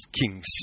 kings